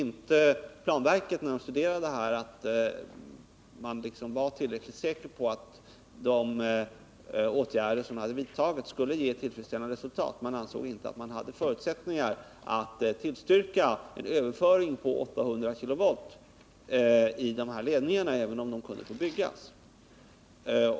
När planverket studerade detta, var man inte tillräckligt säker på att de åtgärder som hade vidtagits skulle ge tillfredsställande resultat. Man ansåg inte att man hade förutsättningar att tillstyrka överföring av 800 kV i dessa ledningar, även om de kunde få byggas.